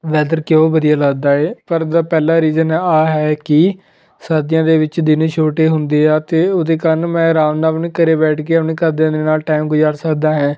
weather ਕਿਉਂ ਵਧੀਆ ਲੱਗਦਾ ਹੈ ਪਰ ਉਹਦਾ ਪਹਿਲਾ ਰੀਜ਼ਨ ਹੈ ਆਹ ਹੈ ਕਿ ਸਰਦੀਆਂ ਦੇ ਵਿੱਚ ਦਿਨ ਛੋਟੇ ਹੁੰਦੇ ਆ ਅਤੇ ਉਹਦੇ ਕਾਰਨ ਮੈਂ ਆਰਾਮ ਨਾਲ ਆਪਣੇ ਘਰ ਬੈਠ ਕੇ ਆਪਣੇ ਘਰਦਿਆਂ ਦੇ ਨਾਲ ਟਾਈਮ ਗੁਜ਼ਾਰ ਸਕਦਾ ਹੈ